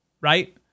right